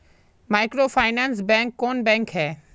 Microfinance bank कौन bank है?